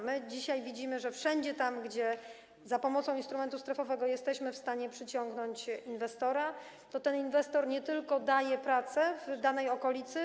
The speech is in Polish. My dzisiaj widzimy, że wszędzie tam, gdzie za pomocą instrumentu strefowego jesteśmy w stanie przyciągnąć inwestora, ten inwestor nie tylko daje pracę w danej okolicy.